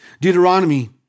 Deuteronomy